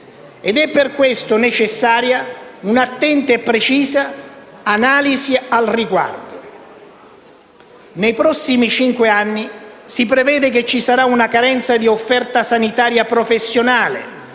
ed è per questo necessaria un'attenta e precisa analisi al riguardo. Nei prossimi cinque anni si prevede che ci sarà una carenza di offerta sanitaria professionale